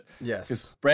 Yes